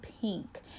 Pink